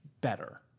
better